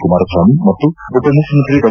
ಕುಮಾರಸ್ವಾಮಿ ಮತ್ತು ಉಪಮುಖ್ಯಮಂತ್ರಿ ಡಾ